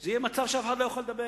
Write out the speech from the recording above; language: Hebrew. זה יהיה מצב שאף אחד לא יוכל לדבר.